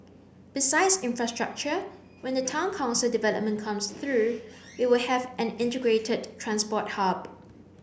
besides infrastructure when the Town Council development comes through we will have an integrated transport hub